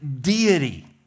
deity